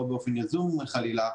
לא באופן יזום חלילה,